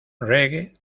reggae